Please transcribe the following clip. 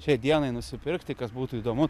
šiai dienai nusipirkti kas būtų įdomu